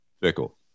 Fickle